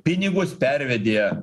pinigus pervedė